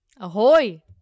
Ahoy